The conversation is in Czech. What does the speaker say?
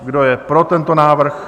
Kdo je pro tento návrh?